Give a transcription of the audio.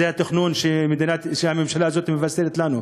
זה התכנון שהממשלה הזאת מבשרת לנו,